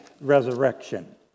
resurrection